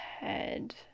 head